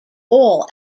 all